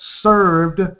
served